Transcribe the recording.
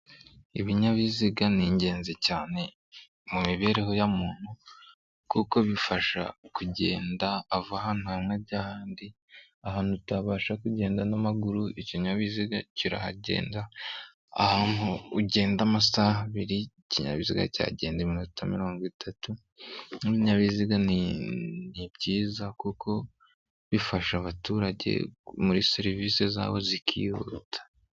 Ibinyabiziga n'ingenzi cyane mu mibereho ya muntu kuko bifasha kugenda ava ahantu hamwe ajya ahandi. Ahantu utabasha kugenda n'amaguru ikinyabiziga kirahagenda, ahantu ugenda amasaha abiri ikinyabiziga kihagenda iminota mirongo itatu. ibinyabiziga n'ibyiza kuko bifasha abaturage muri serivisi zabo zikihuta.